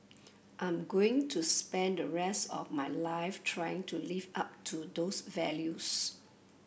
I'm going to spend the rest of my life trying to live up to those values